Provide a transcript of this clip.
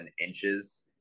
inches